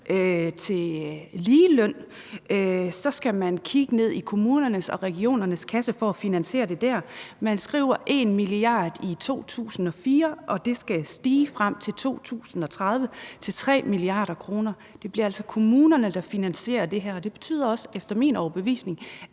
til ligeløn, så skal kigge ned i kommunernes og regionernes kasse for at finansiere det? Man skriver, at det er 1 mia. kr. i 2024, og at det frem til 2030 skal stige til 3 mia. kr. Det bliver altså kommunerne, der finansierer det her, og det betyder efter min overbevisning